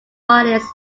artist